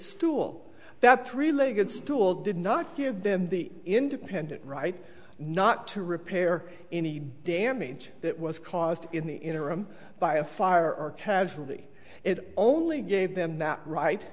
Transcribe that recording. stool that three legged stool did not give them the independent right not to repair any damage that was caused in the interim by a fire or casualty it only gave them that right